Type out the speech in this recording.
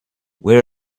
where